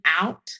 out